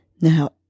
Now